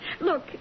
Look